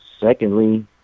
Secondly